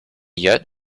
yet